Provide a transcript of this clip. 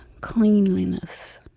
cleanliness